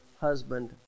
husband